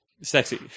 Sexy